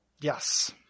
yes